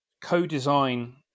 co-design